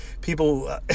People